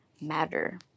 matter